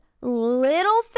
little